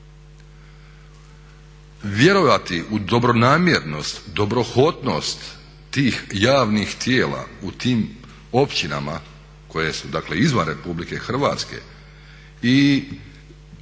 Vjerovati u dobronamjernost, dobrohotnost tih javnih tijela u tim općinama koje su dakle izvan Republike Hrvatske i vjerovati u to